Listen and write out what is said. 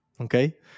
okay